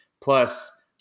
Plus